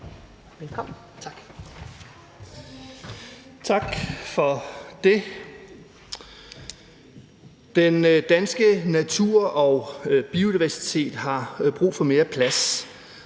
Jensen (V): Tak for det. Den danske natur og biodiversitet har brug for mere plads.